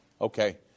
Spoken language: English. Okay